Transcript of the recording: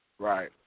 Right